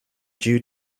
due